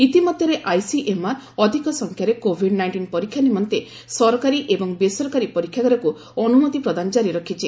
ଇତିମଧ୍ୟରେ ଆଇସିଏମ୍ଆର୍ ଅଧିକ ସଂଖ୍ୟାରେ କୋଭିଡ ନାଇଷ୍ଟିନ୍ ପରୀକ୍ଷା ନିମନ୍ତେ ସରକାରୀ ଏବଂ ବେସରକାରୀ ପରୀକ୍ଷାଗାରକୁ ଅନୁମତି ପ୍ରଦାନ କାରି ରଖିଛି